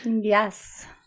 Yes